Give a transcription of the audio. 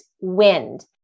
wind